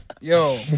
Yo